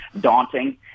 daunting